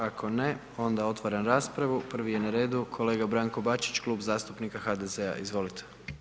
Ako ne, onda otvaram raspravu, prvi je na redu kolega Branko Bačić, Klub zastupnika HDZ-a, izvolite.